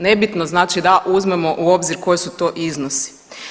Nebitno znači da uzmemo u obzir koji su to iznosi.